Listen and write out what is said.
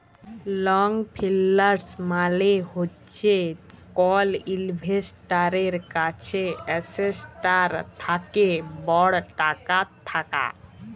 long ফিল্যাল্স মালে হছে কল ইল্ভেস্টারের কাছে এসেটটার থ্যাকে বড় টাকা থ্যাকা